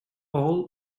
all